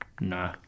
Nah